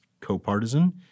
co-partisan